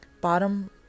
Bottom